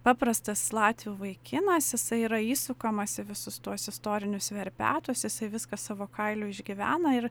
paprastas latvių vaikinas jisai yra įsukamas į visus tuos istorinius verpetus jisai viską savo kailiu išgyvena ir